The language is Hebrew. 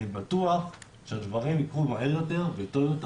אני בטוח שהדברים יקרו מהר ויותר טוב.